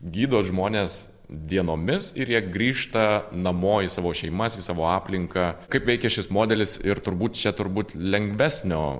gydot žmones dienomis ir jie grįžta namo į savo šeimas į savo aplinką kaip veikia šis modelis ir turbūt čia turbūt lengvesnio